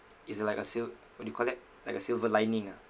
is like a sil~ what do you call that like a silver lining ah